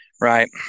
Right